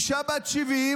אישה בת 70,